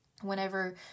whenever